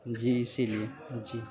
جی اسی لیے جی